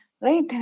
right